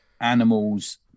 animals